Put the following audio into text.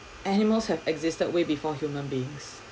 animals have existed way before human beings